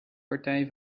partij